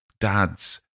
dads